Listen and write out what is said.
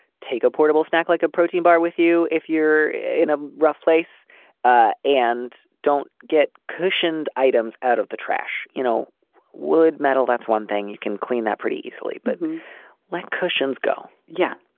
take a portable snack like a protein bar with you if you're in a rough place ah and don't get cushioned items out of the trash. you know wood metal that's one thing you can clean that pretty easily but like cushions go. yeah.